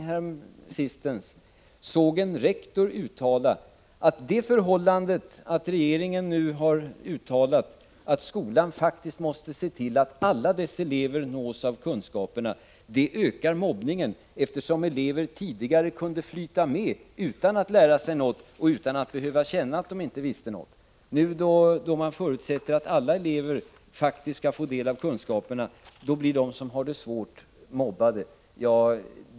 I denna intervju framhöll en rektor att det förhållandet att regeringen nu har uttalat att skolan faktiskt måste se till att alla dess elever nås av kunskaperna ökar mobbningen, eftersom elever tidigare kunde flyta med utan att lära sig något och utan att behöva känna att de inte visste något. När man nu förutsätter att alla elever faktiskt skall få del av kunskaperna blir de som har det svårt mobbade.